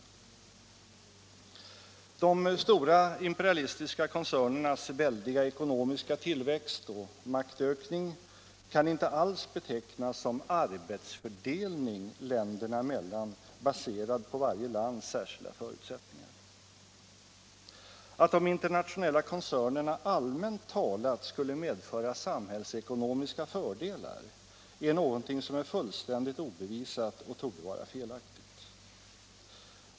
De stora imperialistiska koncernernas väldiga ekonomiska tillväxt och maktökning kan inte alls betecknas som arbetsfördelning länderna emellan, ”baserad på varje lands särskilda förutsättningar”. Att de internationella koncernerna allmänt talat skulle medföra samhällsekonomiska fördelar är någonting som är fullständigt obevisat och torde vara felaktigt.